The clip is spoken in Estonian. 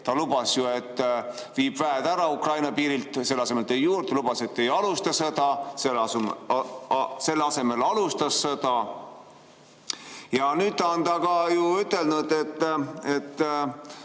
Ta lubas, et viib väed Ukraina piirilt ära, selle asemel tõi juurde, lubas, et ei alusta sõda, selle asemel alustas sõda. Ja nüüd on ta ka ju ütelnud, et